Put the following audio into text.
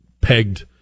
pegged